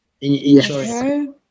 insurance